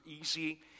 easy